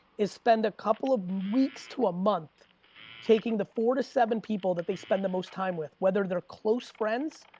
is spend a couple of weeks to month taking the four to seven people that they spend the most time with. whether they're close friends,